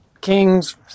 King's